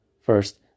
First